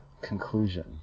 conclusion